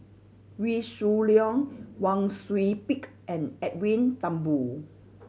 Wee Shoo Leong Wang Sui Pick and Edwin Thumboo